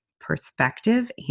perspective